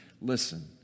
Listen